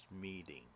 meeting